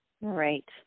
Right